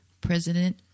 President